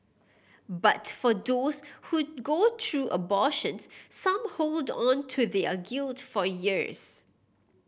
but for those who go through abortions some hold on to their guilt for years